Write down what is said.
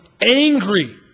angry